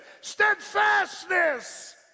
steadfastness